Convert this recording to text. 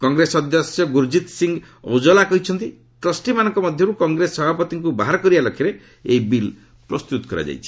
କଂଗ୍ରେସ ସଦସ୍ୟ ଗୁର୍ଜିତ୍ ସିଂ ଊଜଲା କହିଛନ୍ତି ଟ୍ରଷ୍ଟିମାନଙ୍କ ମଧ୍ୟରୁ କଂଗ୍ରେସ ସଭାପତିଙ୍କୁ ବାହାର କରିବା ଲକ୍ଷ୍ୟରେ ଏହି ବିଲ୍ ପ୍ରସ୍ତୁତ କରାଯାଇଛି